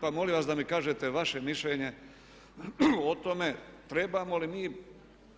Pa molim vas da mi kažete vaše mišljenje o tome trebamo li mi